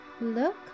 look